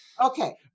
Okay